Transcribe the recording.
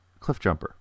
Cliffjumper